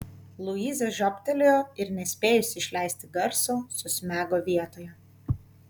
luiza žiobtelėjo ir nespėjusi išleisti garso susmego vietoje